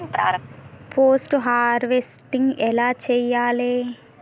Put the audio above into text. Post harvesting ఎలా చెయ్యాలే?